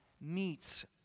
meets